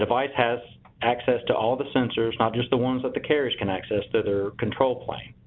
device has access to all the sensors, not just the ones that the carriers can access to their control plane,